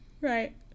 Right